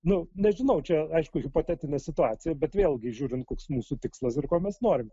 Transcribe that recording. nu nežinau čia aišku hipotetinė situacija bet vėlgi žiūrint koks mūsų tikslas ir ko mes norim